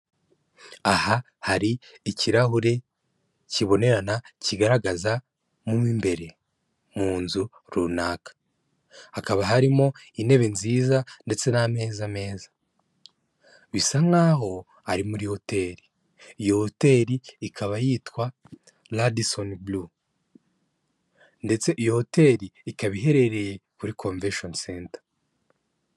Aha hari ikirahure kibonerana kigaragazamo mu imbere mu nzu runaka, hakaba harimo intebe nziza ndetse n'ameza meza bisa nkaho ari muri hoteli, iyo hoteli ikaba yitwa Radisoni bulu ndetse iyo hoteli ikaba iherereye kuri komveshoni senta.